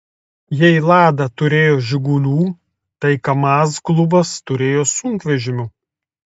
jei lada turėjo žigulių tai kamaz klubas turėjo sunkvežimių